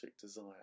desire